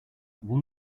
will